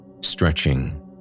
stretching